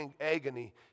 agony